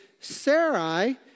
Sarai